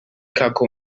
kakko